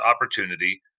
opportunity